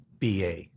BA